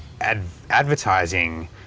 advertising